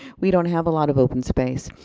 we don't have a lot of open space.